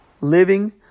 living